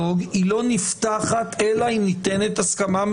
כשכל שיקול הדעת שלו מתנהל כאילו הוא לא נפגע עבירה.